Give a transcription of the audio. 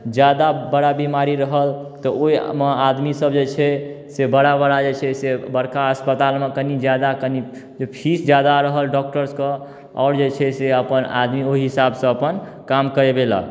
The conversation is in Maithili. जादा बड़ा बीमारी रहल तऽ ओहिमे आदमी सब जे छै से बड़ा बड़ा जे छै से बड़का अस्पतालमे कनी जादा कनी फीस जादा रहल डॉक्टर्सके आओर जे छै से अपन आदमी ओहि हिसाब सँ अपन काम करबेलक